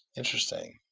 interesting.